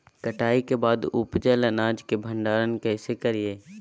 कटाई के बाद उपजल अनाज के भंडारण कइसे करियई?